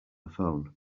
phone